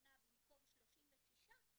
שבעה-שמונה במקום 36,